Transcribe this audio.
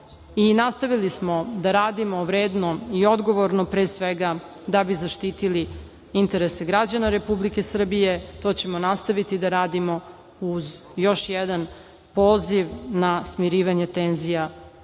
i nastavili smo da radimo vredno i odgovorno, pre svega da bismo zaštitili interese građana Republike Srbije, to ćemo nastaviti da radimo uz još jedan poziv na smirivanje tenzija